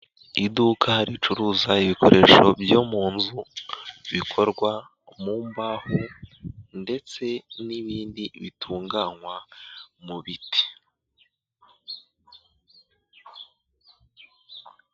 Iduka ricuruza ibikoresho byo mu nzu bikorwa mu mbaho ndetse n'ibindi bitunganywa mu biti.